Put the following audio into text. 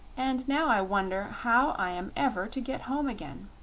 and now i wonder how i am ever to get home again.